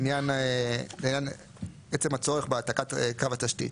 לעניין עצם הצורך בהעתקת קו התשתית.